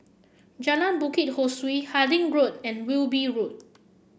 Jalan Bukit Ho Swee Harding Road and Wilby Road